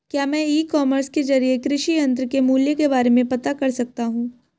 क्या मैं e commerce के ज़रिए कृषि यंत्र के मूल्य के बारे में पता कर सकता हूँ?